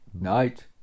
Night